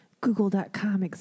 Google.com